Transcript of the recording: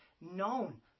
known